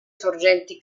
sorgenti